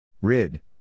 Rid